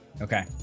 Okay